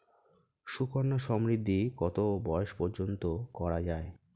সুকন্যা সমৃদ্ধী কত বয়স পর্যন্ত করা যায়?